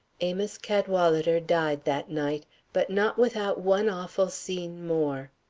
amos cadwalader died that night but not without one awful scene more.